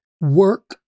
work